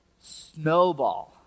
snowball